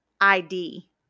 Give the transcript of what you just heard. ID